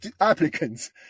applicants